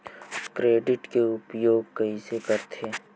Credit के उपयोग कइसे करथे?